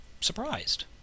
Surprised